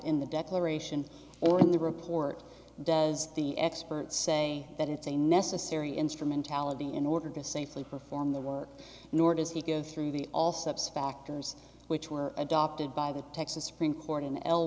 in the declaration or in the report does the experts say that it's a necessary instrumentality in order to safely perform the work nor does he go through the all subs factors which were adopted by the texas supreme court in el